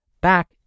back